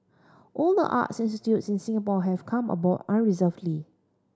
all the art institutes in Singapore have come aboard unreservedly